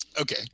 Okay